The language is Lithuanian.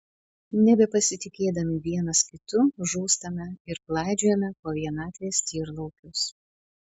nebepasitikėdami vienas kitu žūstame ir klaidžiojame po vienatvės tyrlaukius